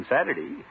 Saturday